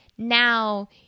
Now